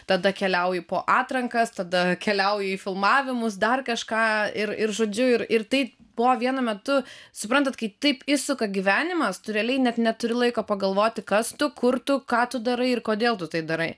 tada keliauju po atrankas tada keliauju į filmavimus dar kažką ir ir žodžiu ir ir tai buvo vienu metu suprantat kai taip įsuka gyvenimas tu realiai net neturi laiko pagalvoti kas tu kur tu ką tu darai ir kodėl tu tai darai